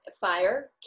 fire